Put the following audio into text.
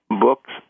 books